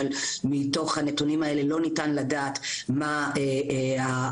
אבל מתוך הנתונים האלה לא ניתן לדעת מה האחוז